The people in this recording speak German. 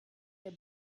der